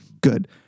good